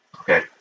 okay